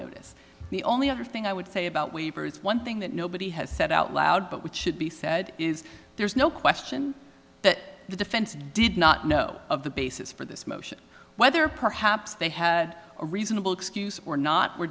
notice the only other thing i would say about waivers one thing that nobody has said out loud but what should be said is there's no question that the defense did not know of the basis for this motion whether perhaps they had a reasonable excuse or not were